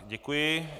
Děkuji.